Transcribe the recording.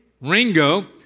Ringo